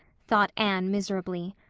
thought anne miserably.